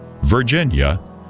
Virginia